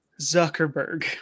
Zuckerberg